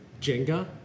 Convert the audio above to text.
Jenga